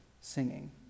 singing